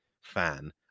fan